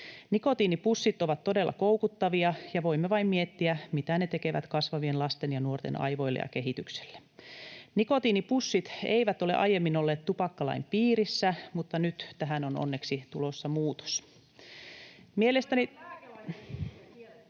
Nikotiinipussit ovat todella koukuttavia, ja voimme vain miettiä, mitä ne tekevät kasvavien lasten ja nuorten aivoille ja kehitykselle. Nikotiinipussit eivät ole aiemmin olleet tupakkalain piirissä, mutta nyt tähän on onneksi tulossa muutos. [Krista